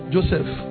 Joseph